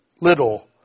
little